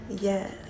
yes